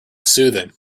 soothing